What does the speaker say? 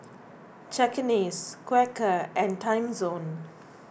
Cakenis Quaker and Timezone